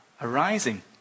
arising